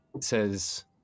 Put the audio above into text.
says